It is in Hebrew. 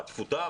אז תפוטר?